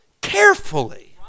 carefully